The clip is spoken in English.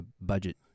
budget